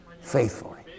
faithfully